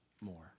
more